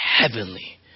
heavenly